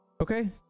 Okay